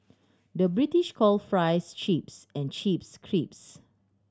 the British call fries chips and chips crisps